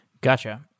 Gotcha